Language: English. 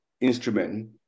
instrument